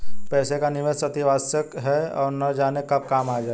पैसे का निवेश अतिआवश्यक है, न जाने कब काम आ जाए